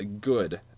good